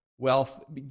Wealth